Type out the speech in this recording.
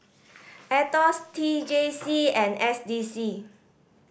Aetos T J C and S D C